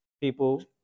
people